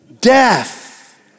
Death